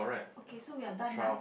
okay so we are done ah